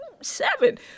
seven